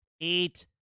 eight